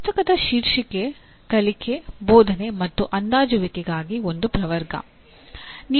ಪುಸ್ತಕದ ಶೀರ್ಷಿಕೆ "ಕಲಿಕೆ ಬೋಧನೆ ಮತ್ತು ಅಂದಾಜುವಿಕೆಗಾಗಿ ಒಂದು ಪ್ರವರ್ಗ"